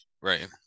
right